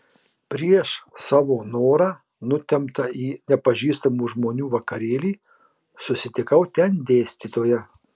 prieš savo norą nutempta į nepažįstamų žmonių vakarėlį susitikau ten dėstytoją